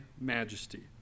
majesty